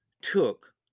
took